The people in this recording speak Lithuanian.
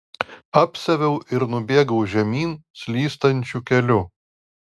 apsiaviau ir nubėgau žemyn slystančiu keliu